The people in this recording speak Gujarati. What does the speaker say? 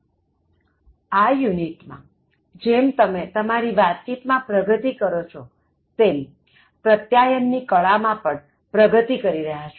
આ યુનિટ માં જેમ તમે તમારી વાતચીત માં પ્રગતિ કરો છો તેમ પ્રત્યાયન ની કળા માં પણ પ્રગતિ કરી રહ્યા છો